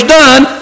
done